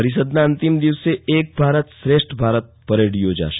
પરિષદના અંતિમ દિવસે એક ભારત શ્રેષ્ઠ ભારત પરેડ યોજાશે